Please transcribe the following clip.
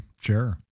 Sure